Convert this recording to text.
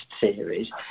series